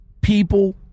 people